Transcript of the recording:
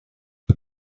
his